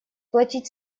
платить